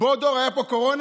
בעוד דור, הייתה פה קורונה?